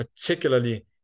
particularly